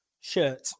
shirt